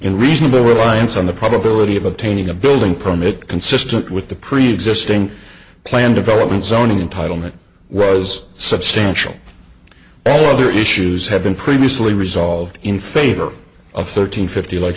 in reasonable reliance on the probability of obtaining a building permit consistent with the preexisting plan development zoning in title meant was substantial all other issues have been previously resolved in favor of thirteen fifty like